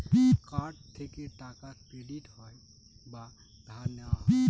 card থেকে টাকা credit হয় বা ধার নেওয়া হয়